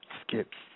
skips